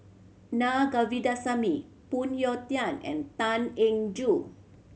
Naa Govindasamy Phoon Yew Tien and Tan Eng Joo